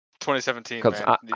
2017